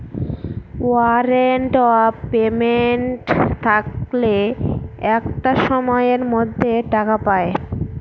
warrant of payment থাকলে একটা সময়ের মধ্যে টাকা পায়